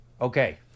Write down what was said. Okay